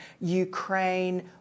Ukraine